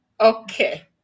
Okay